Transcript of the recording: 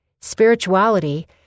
Spirituality